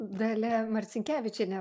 dalia marcinkevičienė